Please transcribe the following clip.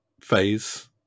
phase